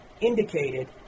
indicated